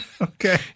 Okay